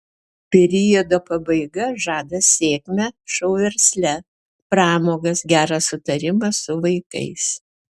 periodo pabaiga žada sėkmę šou versle pramogas gerą sutarimą su vaikais